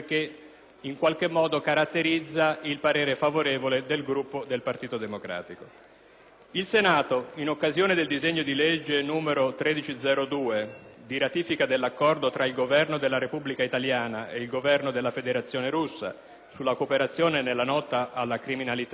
del giorno caratterizza il voto favorevole del Gruppo del Partito Democratico: «Il Senato, in occasione del disegno di legge n. 1302 di ratifica dell'Accordo tra il Governo della Repubblica italiana e il Governo della Federazione russa sulla cooperazione nella lotta alla criminalità,